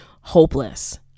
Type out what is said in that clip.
hopeless